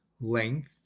length